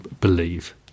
believe